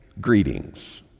greetings